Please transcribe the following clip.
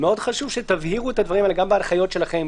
מאוד חשוב שתבהירו את הדברים האלה גם בהנחיות שלכם,